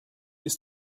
ist